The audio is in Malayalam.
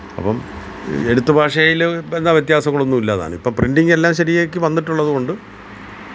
അപ്പം എഴുത്ത് ഭാഷയിലും ഇപ്പം എന്നാ വ്യത്യാസങ്ങളൊന്നും ഇല്ല താനും ഇപ്പം പ്രിന്റിങ്ങ് എല്ലാം ശരിയാക്കി വന്നിട്ടുള്ളത് കൊണ്ട്